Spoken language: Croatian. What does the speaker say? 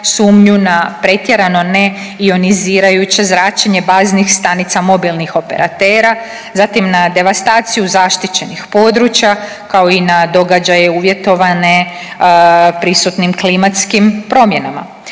na pretjerano neionizirajuće zračenje baznih stanica mobilnih operatera, zatim na devastaciju zaštićenih područja kao i na događaje uvjetovane prisutnim klimatskim promjenama.